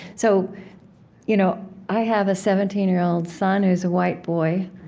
so you know i have a seventeen year old son who's a white boy,